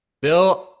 Bill